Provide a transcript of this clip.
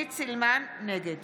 נגד